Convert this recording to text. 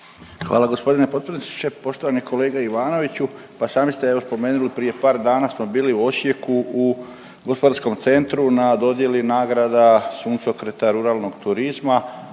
Hvala gospodine potpredsjedniče. Poštovani kolega Ivanoviću, pa sami ste spomenuli prije par dana smo bili u Osijeku u gospodarskom centru na dodjeli nagrada suncokreta ruralnog turizma